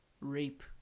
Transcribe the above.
rape